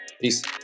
Peace